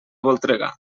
voltregà